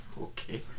Okay